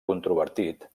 controvertit